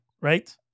right